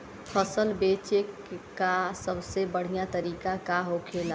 फसल बेचे का सबसे बढ़ियां तरीका का होखेला?